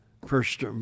First